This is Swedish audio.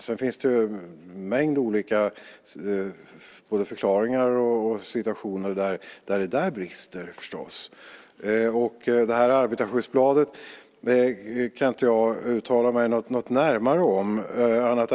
Sedan finns det förstås en mängd olika situationer där det brister och olika förklaringar till det. Arbetarskyddsbladet kan jag inte uttala mig närmare om.